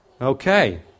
Okay